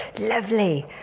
Lovely